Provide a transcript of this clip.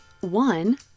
One